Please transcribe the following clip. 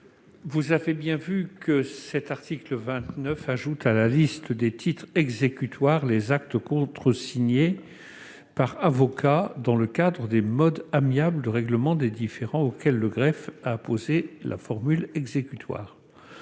L'article 29 du projet de loi ajoute à la liste des titres exécutoires les actes contresignés par avocat dans le cadre des modes amiables de règlement des différends auxquels le greffe a apposé la formule exécutoire.